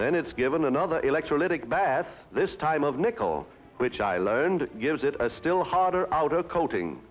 then it's given another electrolytic bath this time of nickel which i learned gives it a still harder outer coating